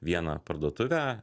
vieną parduotuvę